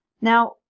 Now